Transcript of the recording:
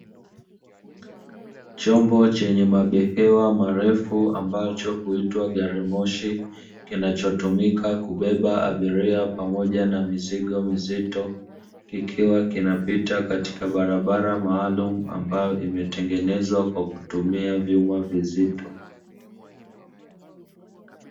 Chombo chenye mabehewa marefu, ambacho huitwa garimoshi, kinachotumika kubeba abiria pamoja na mizigo mizito, kikiwa kinapita katika barabara maalumu ambayo imetengenezwa kwa kutumia vyuma vizito.